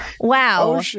wow